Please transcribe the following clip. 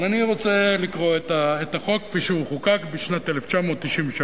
אבל אני רוצה לקרוא את החוק כפי שהוא חוקק בשנת 1993,